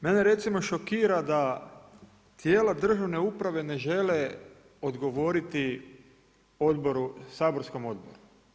Mene recimo šokira da tijela državne uprave ne žele odgovoriti saborskom odboru.